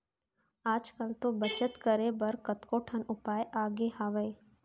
आज कल तो बचत करे बर कतको ठन उपाय आगे हावय